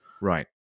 Right